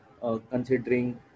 considering